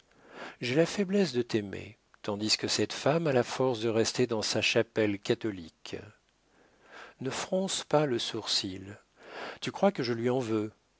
j'ai la faiblesse de t'aimer tandis que cette femme a la force de rester dans sa chapelle catholique ne fronce pas le sourcil tu crois que je lui en veux